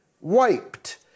wiped